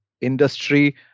industry